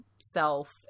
self